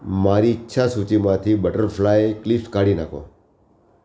મારી ઇચ્છા સૂચિમાંથી બટરફ્લાય ક્લિપ્સ કાઢી નાખો